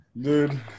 Dude